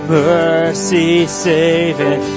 mercy-saving